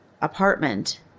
apartment